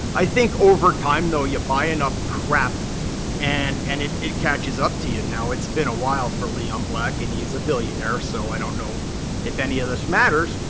i think over time, though, you buy enough crap and and it it catches up to you. and now, it's been a while for leon black, and he's a billionaire. so i don't know if any of this matters.